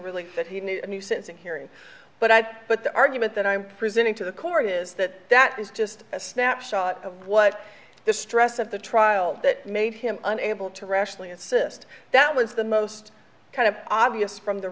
really that he needs a new sense of hearing but i'd but the argument that i'm presenting to the court is that that is just a snapshot of what the stress of the trial that made him unable to rationally insist that was the most kind of obvious from the